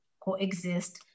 coexist